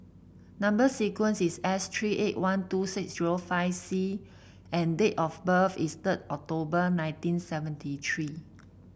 number sequence is S three eight one two six zero five C and date of birth is third October nineteen seventy three